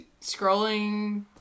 scrolling